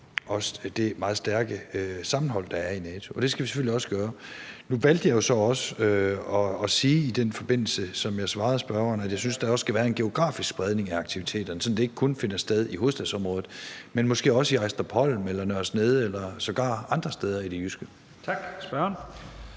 også det meget stærke sammenhold, der er i NATO. Og det skal vi selvfølgelig også gøre. Nu valgte jeg jo så også at sige i den forbindelse – som jeg svarede spørgeren – at jeg synes, der også skal være en geografisk spredning af aktiviteterne, sådan at det ikke kun finder sted i hovedstadsområdet, men måske også i Ejstrupholm eller Nørre Snede eller andre steder i det jyske. Kl.